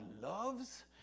loves